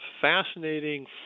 fascinating